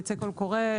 יצא קול קורא,